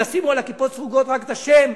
תשימו על הכיפות הסרוגות רק את השם,